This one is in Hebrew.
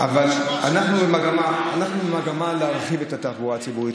אבל אנחנו במגמה להרחיב את התחבורה הציבורית.